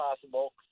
possible